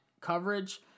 coverage